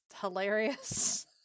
hilarious